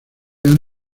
han